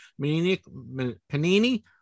panini